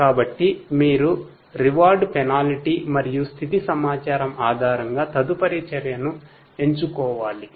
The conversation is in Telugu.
కాబట్టి మీరు రివార్డ్ పెనాల్టీ మరియు స్థితి సమాచారం ఆధారంగా తదుపరి చర్యను ఎంచుకోవాలి